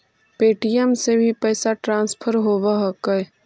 Paytm से भी पैसा ट्रांसफर होवहकै?